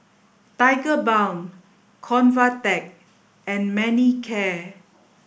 Tigerbalm Convatec and Manicare